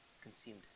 consumed